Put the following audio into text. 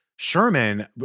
Sherman